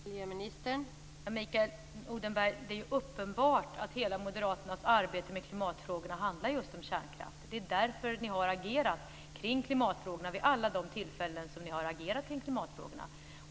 Fru talman! Mikael Odenberg, det är uppenbart att hela Moderaternas arbete med klimatfrågorna handlar om just kärnkraften. Det är därför ni har agerat i klimatfrågorna.